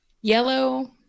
yellow